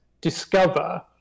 discover